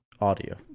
audio